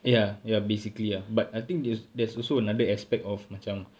ya ya basically ah but I think there's also another aspect of macam